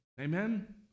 Amen